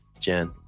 jen